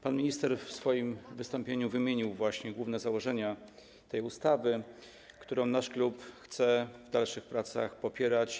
Pan minister w swoim wystąpieniu wymienił główne założenia tej ustawy, którą nasz klub chce w dalszych pracach popierać.